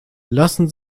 lassen